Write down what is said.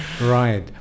Right